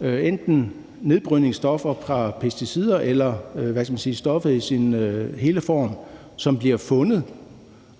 er fra nedbrydningsstoffer fra pesticider, eller – hvad kan man sige – stoffet i sin rene form, som bliver fundet,